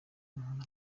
umuntu